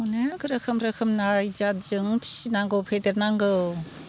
अनेख रोखोम रोखोम आयडियाजों फिनांगौ फेदेरनांगौ